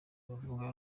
bavuga